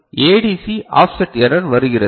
இப்போது ADC offset error வருகிறது